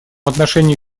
отношении